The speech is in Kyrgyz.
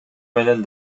менен